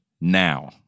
now